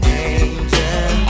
angel